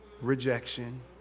Rejection